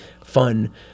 fun